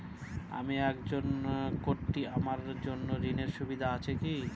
আমি একজন কট্টি আমার জন্য ঋণের সুবিধা আছে কি?